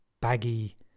baggy